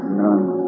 none